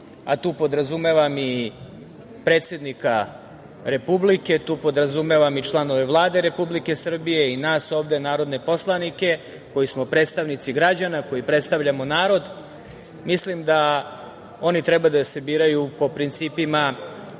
a tu podrazumevam i predsednika Republike, tu podrazumevam i člnove Vlade Republike Srbije i nas ovde narodne poslanike, koji smo predstavnici građana, koji predstavljamo narod. Mislim da oni treba da se biraju po principima